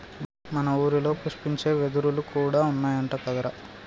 మన ఊరిలో పుష్పించే వెదురులు కూడా ఉన్నాయంట కదరా